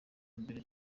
mbere